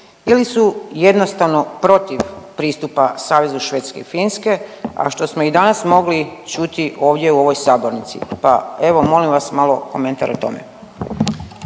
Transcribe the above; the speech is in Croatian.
ili su jednostavno protiv pristupa savezu Švedske i Finske, a što smo i danas mogli čuti ovdje u ovoj sabornici. Pa evo, molim vas malo komentar o tome.